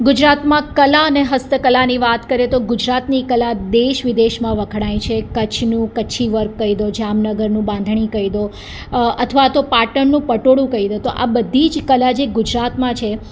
ગુજરાતમાં કલા અને હસ્તકલાની વાત કરીએ તો ગુજરાતની કલા દેશ વિદેશમાં વખણાય છે કચ્છનું કચ્છી વર્ક કહી દો જામનગરનું બાંધણી કહી દો અથવા તો પાટણનો પટોળું કહી દો આ બધી જ કલા જે ગુજરાતમાં છે